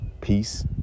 peace